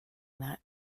that